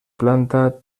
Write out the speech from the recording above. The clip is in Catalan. planta